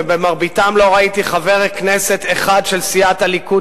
ובמרביתם לא ראיתי חבר כנסת אחד של סיעת הליכוד